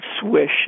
swish